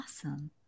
Awesome